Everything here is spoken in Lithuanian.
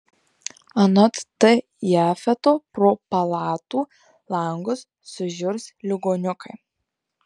anot t jafeto pro palatų langus sužiurs ligoniukai